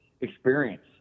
experience